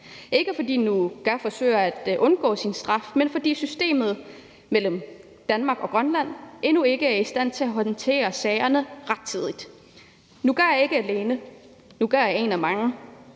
ikke, fordi Nuka forsøger at undgå sin straf, men fordi systemet mellem Danmark og Grønland endnu ikke er i stand til at håndtere sagerne rettidigt. Nuka er ikke alene, Nuka er en af mange,